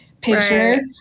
picture